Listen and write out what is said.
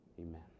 Amen